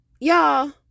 Y'all